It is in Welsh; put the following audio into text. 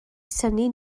synnu